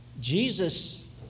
Jesus